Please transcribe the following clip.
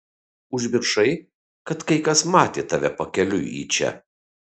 užmiršai kad kai kas matė tave pakeliui į čia